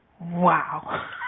Wow